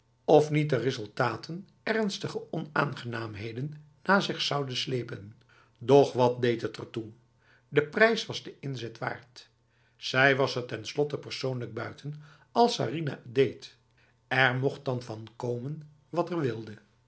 of niet de resultaten ernstige onaangenaamheden na zich zouden slepen doch wat deed het ertoe de prijs was de inzet waard zij was er tenslotte persoonlijk buiten als sarinah het deed er mocht dan van komen wat er wilde